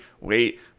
wait